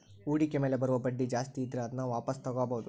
ಹೂಡಿಕೆ ಮೇಲೆ ಬರುವ ಬಡ್ಡಿ ಜಾಸ್ತಿ ಇದ್ರೆ ಅದನ್ನ ವಾಪಾಸ್ ತೊಗೋಬಾಹುದು